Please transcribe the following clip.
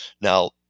Now